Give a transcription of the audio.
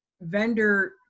vendor